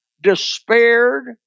despaired